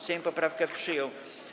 Sejm poprawkę przyjął.